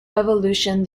revolution